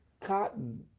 cotton